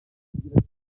agira